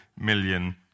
million